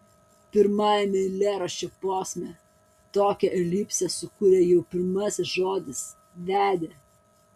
pirmajame eilėraščio posme tokią elipsę sukuria jau pirmasis žodis vedė